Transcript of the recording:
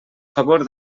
favor